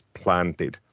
planted